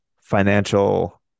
financial